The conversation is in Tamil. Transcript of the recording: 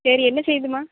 சரி என்ன செய்தும்மா